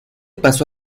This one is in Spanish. pasó